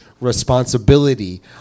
responsibility